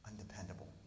undependable